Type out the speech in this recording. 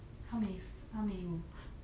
how many f~ how many room